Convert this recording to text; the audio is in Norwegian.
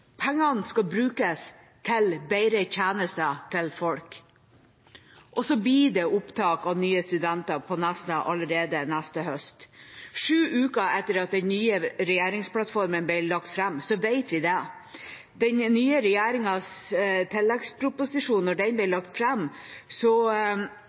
tjenester for folk. Det blir opptak av nye studenter på Nesna allerede neste høst. Sju uker etter at den nye regjeringsplattformen ble lagt fram, vet vi det. Da den nye regjeringas tilleggsproposisjon ble lagt fram, var det helt tydelig at det skal satses mer på utdanning, men begrepene som ble